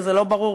וזה לא ברור,